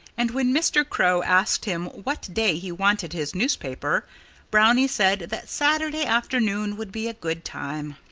and when mr. crow asked him what day he wanted his newspaper brownie said that saturday afternoon would be a good time.